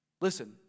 Listen